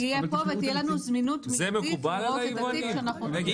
יהיה פה, ותהיה לנו זמינות מיידית כשאנחנו נצטרך.